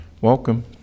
Welcome